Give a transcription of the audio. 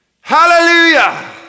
hallelujah